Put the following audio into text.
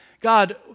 God